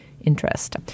interest